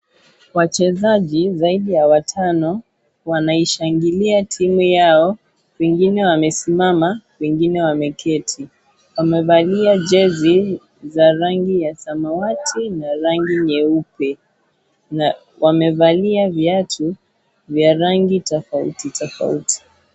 Wachezaji zaidi ya watano, wanaishangilia timu yao. Wengine wamesimama, wengine wameketi. Wamevalia jezi za rangi ya samawati na rangi nyeupe na wamevalia viatu vya rangi tofauti tofauti.